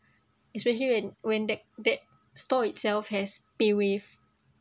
especially when when that that store itself has paywave